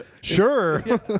Sure